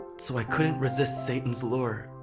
so i couldn't resist satan's lure,